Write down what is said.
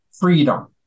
freedom